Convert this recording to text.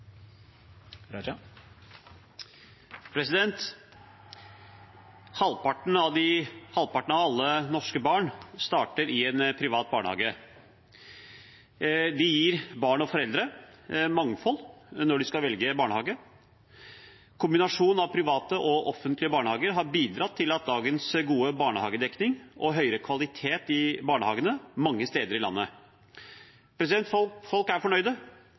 Halvparten av alle norske barn starter i en privat barnehage. Det gir barn og foreldre mangfold når de skal velge barnehage. Kombinasjonen av private og offentlige barnehager har bidratt til dagens gode barnehagedekning og høyere kvalitet i barnehagene mange steder i landet. Folk er fornøyd, ikke bare de ansatte og foreldrene, men også barna er